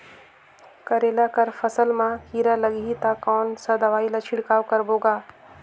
करेला कर फसल मा कीरा लगही ता कौन सा दवाई ला छिड़काव करबो गा?